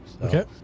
Okay